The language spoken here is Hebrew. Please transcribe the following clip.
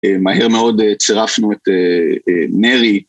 מהר מאוד צירפנו את נרי.